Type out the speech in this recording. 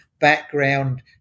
background